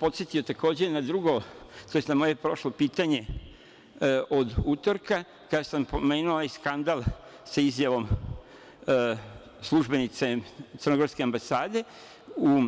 Podsetio bih vas, takođe, na drugo, tj. na moje prošlo pitanje od utorka, kada sam pomenuo onaj skandal sa izjavom službenice crnogorske ambasade u